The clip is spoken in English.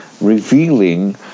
revealing